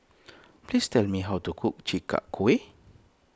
please tell me how to cook Chi Kak Kuih